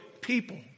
people